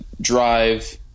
drive